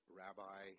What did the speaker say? rabbi